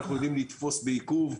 לתפוס לעיכוב,